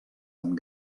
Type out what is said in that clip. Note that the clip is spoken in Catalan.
amb